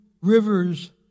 rivers